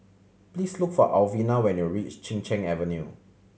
please look for Alvina when you reach Chin Cheng Avenue